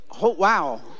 wow